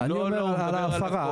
אני אומר על ההפרה.